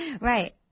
Right